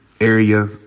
area